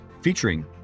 featuring